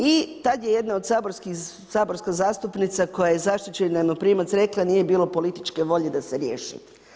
I tad je jedna saborska zastupnica koja je zaštićeni najmoprimac rekla, nije bilo političke volje da se riješi.